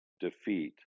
defeat